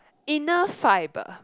enough fibre